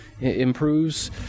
improves